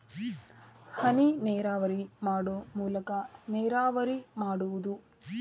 ಹನಿನೇರಾವರಿ ಮಾಡು ಮೂಲಾಕಾ ನೇರಾವರಿ ಮಾಡುದು